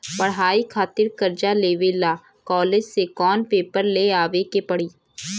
पढ़ाई खातिर कर्जा लेवे ला कॉलेज से कौन पेपर ले आवे के पड़ी?